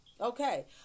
Okay